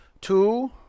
Two